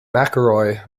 mcelroy